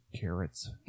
carrots